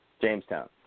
Jamestown